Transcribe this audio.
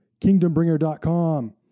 KingdomBringer.com